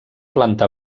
planta